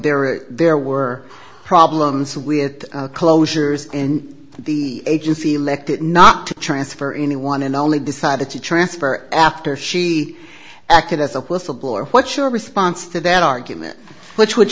there if there were problems with closures in the agency elected not to transfer anyone and only decided to transfer after she acted as a whistleblower what's your response to that argument which w